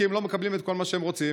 כי הם לא מקבלים את כל מה שהם רוצים.